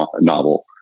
novel